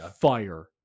fire